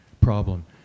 problem